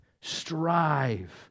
Strive